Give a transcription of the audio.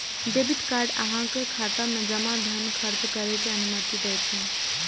debit card अहांक खाता मे जमा धन खर्च करै के अनुमति दै छै